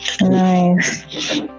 nice